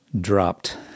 dropped